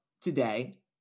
today